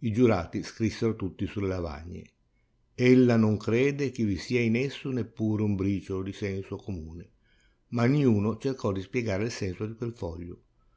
i giurati scrissero tutti sulle lavagne ella non crede che vi sia in esso neppure un briciolo di senso comune ma niuno cercò di spiegare il senso di quel foglio